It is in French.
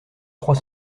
trois